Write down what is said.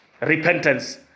Repentance